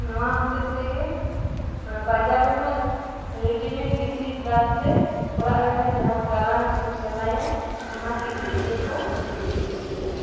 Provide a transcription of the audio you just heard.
ᱱᱚᱣᱟ ᱦᱚᱛᱮᱛᱮ ᱜᱮ ᱚᱱᱟ ᱵᱟᱡᱟᱨ ᱨᱮᱱᱟᱜ ᱨᱮᱰᱤᱢᱮᱰ ᱠᱤᱪᱨᱤᱡ ᱵᱟᱫᱽ ᱛᱮ ᱚᱲᱟᱜ ᱨᱮ ᱡᱟᱦᱟᱢ ᱜᱟᱞᱟᱝᱼᱟ ᱥᱮ ᱥᱮᱞᱟᱭᱟ ᱚᱱᱟ ᱠᱤᱪᱨᱤᱡ ᱜᱮ ᱠᱚ ᱠᱩᱥᱤᱭᱟᱜᱼᱟ